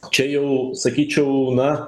čia jau sakyčiau na